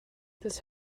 this